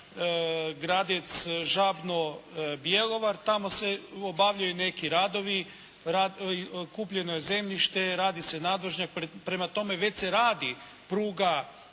Gradec-Žabno-Bjelovar. Tamo se obavljaju neki radovi, kupljeno je zemljište. Radi se nadvožnjak. Prema tome već se radi pruga